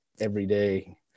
everyday